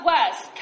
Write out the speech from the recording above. West